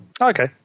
Okay